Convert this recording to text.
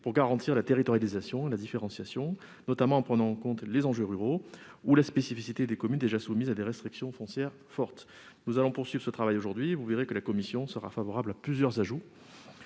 pour garantir la territorialisation et la différenciation, notamment en prenant en compte les enjeux ruraux ou la spécificité des communes déjà soumises à des restrictions foncières fortes. Nous allons poursuivre ce travail aujourd'hui. Vous le verrez, la commission sera favorable à plusieurs ajouts